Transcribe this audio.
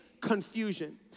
confusion